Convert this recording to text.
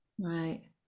Right